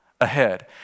ahead